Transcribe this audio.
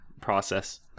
process